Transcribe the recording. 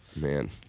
Man